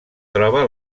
troba